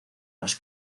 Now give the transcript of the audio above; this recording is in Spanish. las